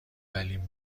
ولین